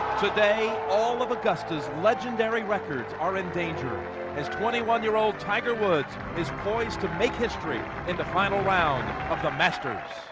today, all of augusta's legendary records are in and his twenty-one-year-old tiger woods is poised to make history in the final round of the masters.